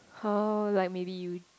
how like maybe you